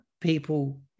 people